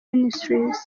ministries